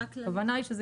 הכוונה היא שזה